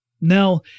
Now